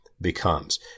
becomes